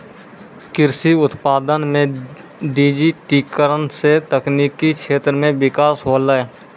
कृषि उत्पादन मे डिजिटिकरण से तकनिकी क्षेत्र मे बिकास होलै